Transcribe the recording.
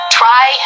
try